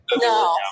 No